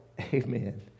Amen